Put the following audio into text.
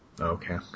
okay